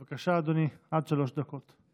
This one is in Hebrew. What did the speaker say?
אדוני, עד שלוש דקות.